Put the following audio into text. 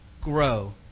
grow